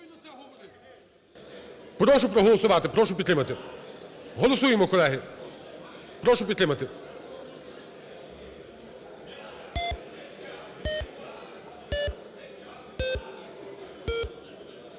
Прошу проголосувати, прошу підтримати. Голосуємо, колеги, прошу підтримати.